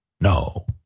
No